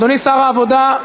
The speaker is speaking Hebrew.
אדוני שר העבודה,